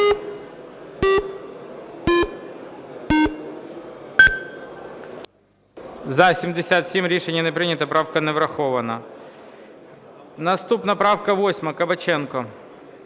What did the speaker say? За-77 Рішення не прийнято. Правка не врахована. Наступна правка 8. Кабаченко.